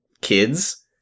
kids